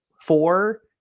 four